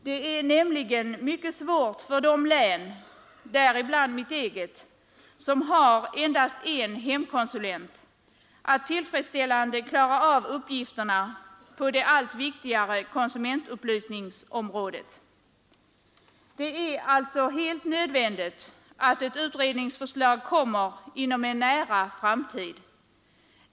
Det är nämligen mycket svårt för de län, däribland mitt eget, som har endast en hemkonsulent, att tillfredsställande klara av uppgifterna på det allt viktigare konsumentupplysningsområdet. Det är alltså helt nödvändigt att ett utredningsförslag kommer inom en nära framtid.